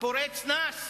הפורץ נס.